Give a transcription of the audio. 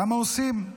כמה עושים?